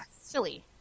silly